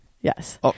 Yes